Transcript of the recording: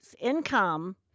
income